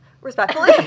Respectfully